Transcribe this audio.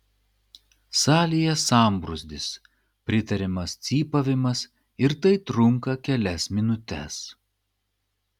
salėje sambrūzdis pritariamas cypavimas ir tai trunka kelias minutes